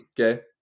Okay